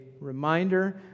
reminder